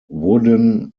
wooden